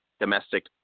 domestic